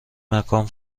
مکان